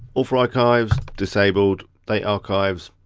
author archives. disabled, date archives,